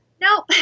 no